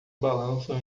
balançam